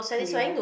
clear